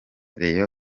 reyo